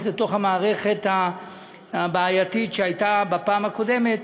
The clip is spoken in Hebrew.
לתוך המערכת הבעייתית שהייתה בפעם הקודמת.